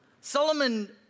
Solomon